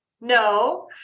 No